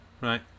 Right